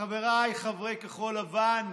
חבריי חברי כחול לבן,